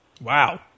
Wow